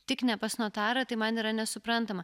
tik ne pas notarą tai man yra nesuprantama